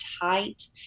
tight